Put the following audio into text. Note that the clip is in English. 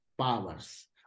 powers